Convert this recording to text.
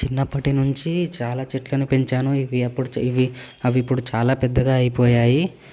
చిన్నప్పటి నుంచి చాలా చెట్లను పెంచాను ఇవి అప్పుడు ఇవి అవి ఇప్పుడు చాలా పెద్దగా అయిపోయాయి